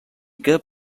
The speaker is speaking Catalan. que